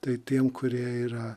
tai tiems kurie yra